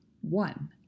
one